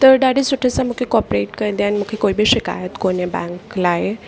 त ॾाढी सुठे सां मूंखे कोपरेट कंदा आहिनि मूंखे कोई बि शिकायत कोने बैंक लाइ